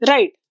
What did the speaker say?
Right